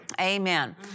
Amen